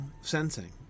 sensing